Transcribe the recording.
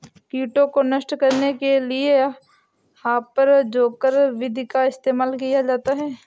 कीटों को नष्ट करने के लिए हापर डोजर विधि का इस्तेमाल किया जाता है